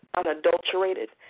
unadulterated